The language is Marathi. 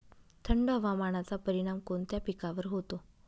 थंड हवामानाचा परिणाम कोणत्या पिकावर होतो?